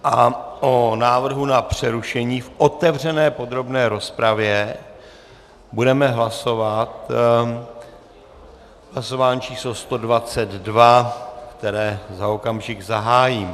O návrhu na přerušení v otevřené podrobné rozpravě budeme hlasovat v hlasování číslo 122, které za okamžik zahájím.